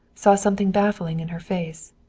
saw something baffling in her face.